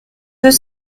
deux